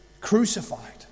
crucified